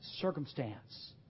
circumstance